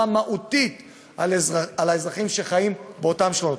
מהותית על האזרחים שחיים באותן שכונות.